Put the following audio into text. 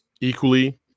equally